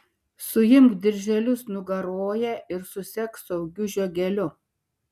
suimk dirželius nugaroje ir susek saugiu žiogeliu